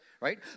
right